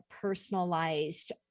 personalized